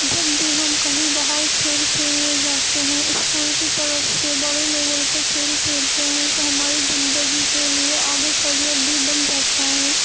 جب بھی ہم کہیں باہر کھیل کھیلنے جاتے ہیں اسکول کی طرف سے بڑے لیول پہ کھیل کھیلتے ہیں تو ہماری زندگی کے لیے آگے کیریر بھی بن جاتا ہے